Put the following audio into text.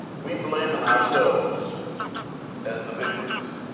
we blaming ourselves as the victims.